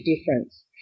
difference